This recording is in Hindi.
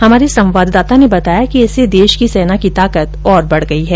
हमारे संवाददाता ने बताया कि इससे देश की सेना की ताकत और बढ गयी है